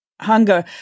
hunger